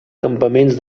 campaments